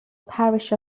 parish